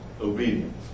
Obedience